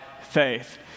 faith